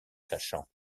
cachant